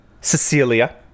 Cecilia